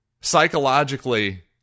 psychologically